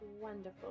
wonderful